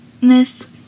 Miss